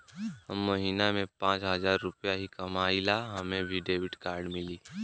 हम महीना में पाँच हजार रुपया ही कमाई ला हमे भी डेबिट कार्ड मिली?